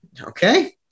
Okay